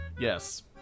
Yes